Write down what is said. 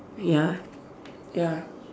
ya ya